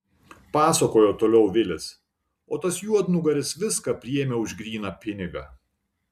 pasakojo toliau vilis o tas juodnugaris viską priėmė už gryną pinigą